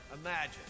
imagine